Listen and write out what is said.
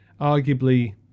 arguably